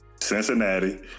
Cincinnati